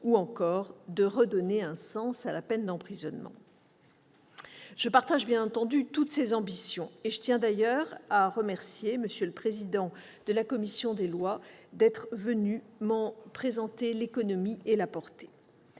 ou, enfin, de « redonner un sens à la peine d'emprisonnement ». Je partage bien entendu toutes ces ambitions et je tiens d'ailleurs à remercier M. le président de la commission des lois d'être venu m'en présenter l'économie et la portée.